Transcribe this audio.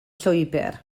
llwybr